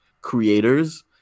creators